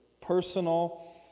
personal